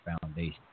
Foundation